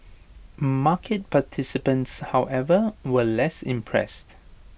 market participants however were less impressed